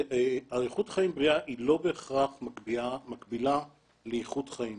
אריכות חיים בריאה היא לא בהכרח מקבילה לאיכות חיים,